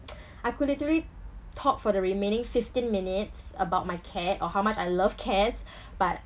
I could literally talk for the remaining fifteen minutes about my cat or how much I love cats but